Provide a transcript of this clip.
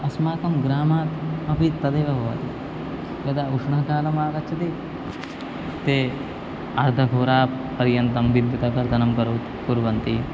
अस्माकं ग्रामात् अपि तदेव भवति यदा उष्णकालम् आगच्छति ते अर्धहोरापर्यन्तं विद्युत कर्तनं करो कुर्वन्ति